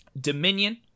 Dominion